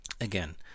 Again